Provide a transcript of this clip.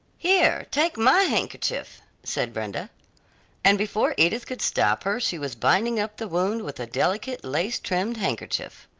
here, take my handkerchief, said brenda and before edith could stop her she was binding up the wound with a delicate lace-trimmed handkerchief.